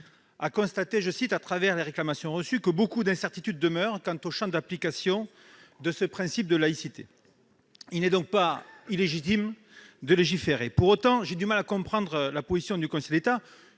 a constaté, « à travers les réclamations reçues, que beaucoup d'incertitudes demeurent quant au champ d'application de ce principe de laïcité ». Il n'est donc pas illégitime de légiférer. Pour autant, j'ai du mal à comprendre la position du Conseil d'État,